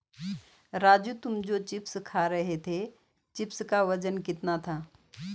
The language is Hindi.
राजू तुम जो चिप्स खा रहे थे चिप्स का वजन कितना था?